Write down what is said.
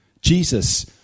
Jesus